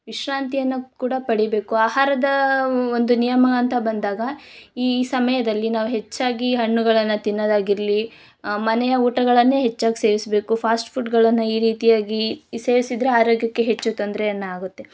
ವಿಶ್ರಾಂತಿಯನ್ನು ಕೂಡ ಪಡಿಬೇಕು ಆಹಾರದ ಒಂದು ನಿಯಮ ಅಂತ ಬಂದಾಗ ಈ ಸಮಯದಲ್ಲಿ ನಾವು ಹೆಚ್ಚಾಗಿ ಹಣ್ಣುಗಳನ್ನು ತಿನ್ನೋದಾಗಿರಲಿ ಮನೆಯ ಊಟಗಳನ್ನೇ ಹೆಚ್ಚಾಗಿ ಸೇವಿಸಬೇಕು ಫಾಸ್ಟ್ ಫುಡ್ಗಳನ್ನು ಈ ರೀತಿಯಾಗಿ ಸೇವಿಸಿದ್ರೆ ಆರೋಗ್ಯಕ್ಕೆ ಹೆಚ್ಚು ತೊಂದರೆಯನ್ನ ಆಗುತ್ತೆ